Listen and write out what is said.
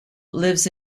lives